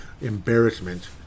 embarrassment